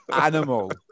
Animal